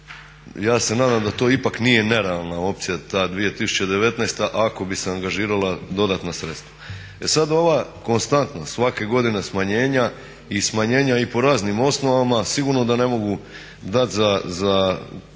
ja se nadam da to ipak nije nerealna opcija ta 2019. ako bi se angažirala dodatna sredstva. Jer sad ova konstatnost svake godine smanjenja i smanjenja i po raznim osnovama sigurno da ne mogu dati za,